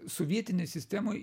sovietinė sistemoj